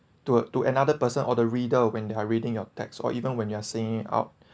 to to another person or the reader when they're reading your tax or even when you're saying out